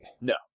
No